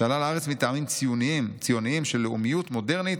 שעלה לארץ מטעמים ציוניים של לאומיות מודרנית,